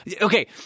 okay